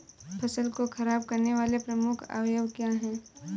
फसल को खराब करने वाले प्रमुख अवयव क्या है?